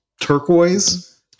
turquoise